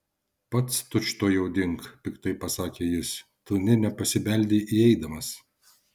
pats tučtuojau dink piktai pasakė jis tu nė nepasibeldei įeidamas